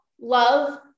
love